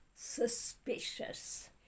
suspicious